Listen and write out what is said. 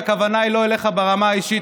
הכוונה היא לא אליך ברמה האישית,